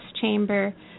chamber